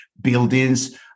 buildings